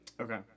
Okay